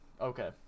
okay